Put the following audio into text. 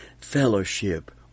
fellowship